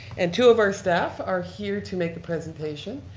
and two of our staff are here to make the presentation.